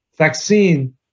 vaccine